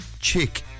Chick